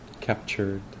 captured